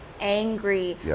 angry